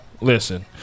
listen